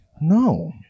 No